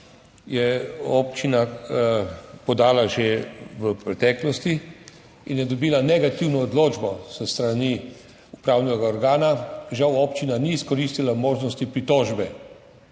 je občina podala že v preteklosti in je dobila negativno odločbo s strani upravnega organa. Žal občina ni izkoristila možnosti pritožbe